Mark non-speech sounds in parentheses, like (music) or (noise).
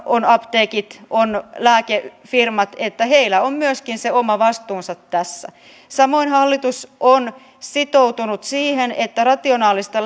on apteekit on lääkefirmat on se oma vastuunsa tässä samoin hallitus on sitoutunut siihen että rationaalista (unintelligible)